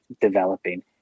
developing